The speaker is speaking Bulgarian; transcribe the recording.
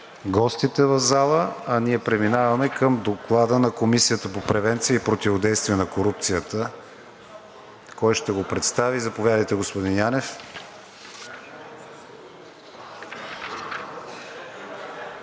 гостите в залата, а ние преминаваме към Доклада на Комисията по превенция и противодействие на корупцията. Кой ще го представи? Заповядайте, господин Янев.